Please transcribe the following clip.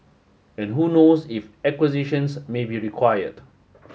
and who knows if acquisitions may be required